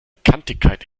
kantigkeit